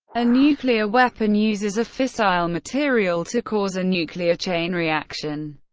a nuclear weapon uses a fissile material to cause a nuclear chain reaction.